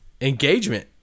engagement